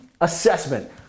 assessment